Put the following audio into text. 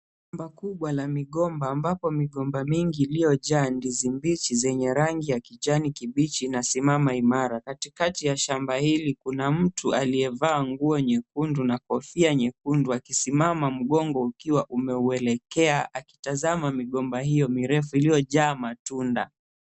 Shamba kubwa la migomba ambapo migomba mingi iliyojaa ndizi mbichi zenye rangi ya kijani kibichi inasimama imara. Katikati ya shamba hili kuna mtu aliyevaa nguo nyekundu na kofia nyekundu akisimama mgongo ukiwa umeuelekea akitazama migomba hio mirefu iliyojaa matunda.